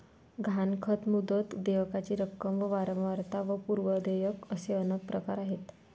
गहाणखत, मुदत, देयकाची रक्कम व वारंवारता व पूर्व देयक असे अनेक प्रकार आहेत